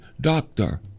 doctor